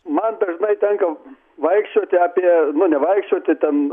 man dažnai tenka vaikščioti apie nu ne vaikščioti ten